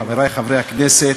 חברי חברי הכנסת,